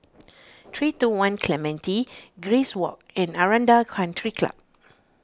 three two one Clementi Grace Walk and Aranda Country Club